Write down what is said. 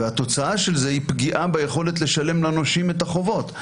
והתוצאה של זה היא פגיעה ביכולת לשלם לנושים את החובות.